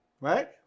right